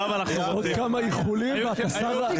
יהיה צילום או לא יהיה צילום, לא משנה.